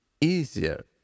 easier